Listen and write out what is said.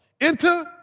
Enter